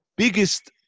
biggest